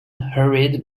hurried